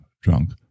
drunk